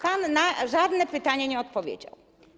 Pan na żadne pytanie nie odpowiedział.